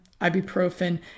ibuprofen